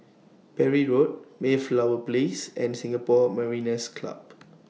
Parry Road Mayflower Place and Singapore Mariners' Club